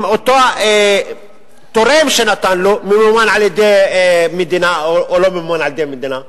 אם אותו תורם שנתן לו ממומן על-ידי מדינה או לא ממומן על-ידי מדינה?